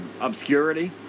obscurity